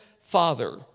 father